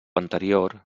anterior